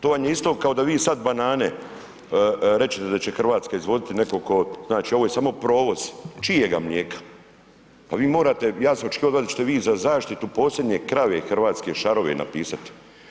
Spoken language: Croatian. To vam je isto kao da vi sad banane rećete da Hrvatska izvoziti, netko ko, znači ovo je samo provoz, čijega mlijeka, pa vi morate, ja sam očekivao od vas da ćete vi za zaštitu posljednje krave Hrvatske šarove napisat.